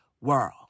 world